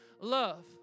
love